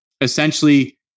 essentially